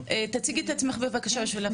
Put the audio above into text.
תציגי את עצמך בבקשה בשביל הפרוטוקול.